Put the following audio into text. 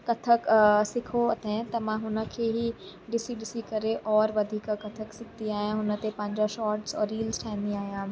कथक सिखियो अथेई त मां हुनखे ई ॾिसी ॾिसी करे और वधीक कथक सिखंदी आहियां हुन ते पंहिंजा शॉट्स और रील्स ठाहींदी आहियां